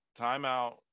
timeout